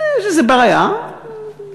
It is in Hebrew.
בסדר, יש איזו בעיה, "קסטרו",